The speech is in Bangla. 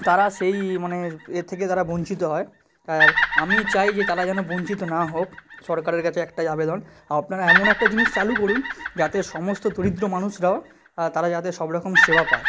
তারা সেই মানে এ থেকে তারা বঞ্চিত হয় আর আমি চাই যে তারা যেন বঞ্চিত না হোক সরকারের কাছে একটাই আবেদন আপনারা এমন একটা জিনিস চালু করুন যাতে সমস্ত দরিদ্র মানুষরাও তারা যাতে সব রকম সেবা পায়